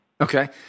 Okay